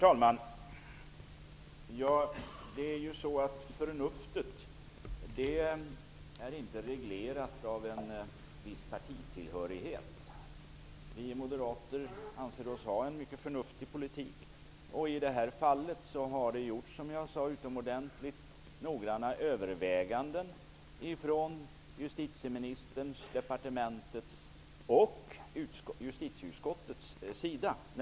Herr talman! Förnuftet regleras inte av en viss partitillhörighet. Vi moderater anser oss ha en mycket förnuftig politik. I det här fallet har det, som jag tidigare sagt, gjorts utomordentligt noggranna överväganden från justitieministerns, Justitiedepartementets och justitieutskottets sida.